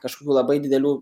kažkokių labai didelių